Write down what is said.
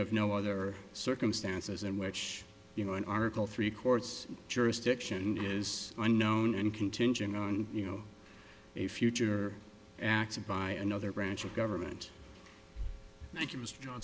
of no other circumstances in which you know an article three courts jurisdiction is unknown and contingent on you know a future acts by another branch of government i think it was